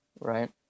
Right